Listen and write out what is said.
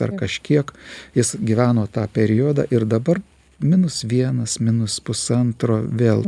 ar kažkiek jis gyveno tą periodą ir dabar minus vienas minus pusantro vėl